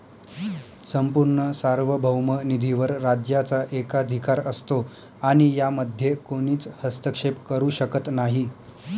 संपूर्ण सार्वभौम निधीवर राज्याचा एकाधिकार असतो आणि यामध्ये कोणीच हस्तक्षेप करू शकत नाही